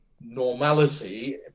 normality